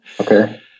Okay